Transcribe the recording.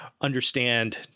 understand